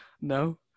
No